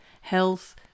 health